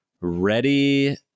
ready